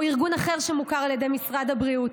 מארגון אחר שמוכר על ידי משרד הבריאות.